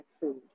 food